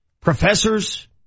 professors